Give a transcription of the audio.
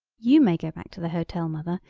you may go back to the hotel, mother,